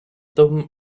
them